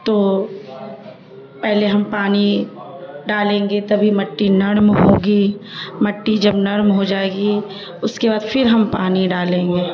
تو پہلے ہم پانی ڈالیں گے تبھی مٹی نرم ہوگی مٹی جب نرم ہو جائے گی اس کے بعد پر ہم پانی ڈالیں گے